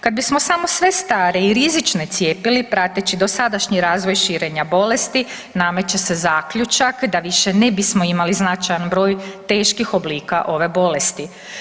Kad bismo samo sve stare i rizične cijepili prateći dosadašnji razvoj širenja bolesti nameće se zaključak da više ne bismo imali značajan broj teških oblika ove bolesti.